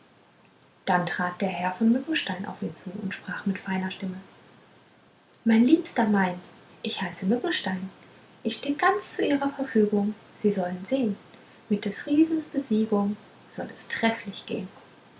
dann trat der herr von mückenstein auf ihn zu und sprach mit feiner stimme mein liebster mein ich heiß mückenstein steh ganz zu ihrer verfügung sie sollen sehn mit des riesen besiegung soll es trefflich gehn